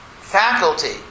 faculty